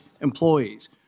employees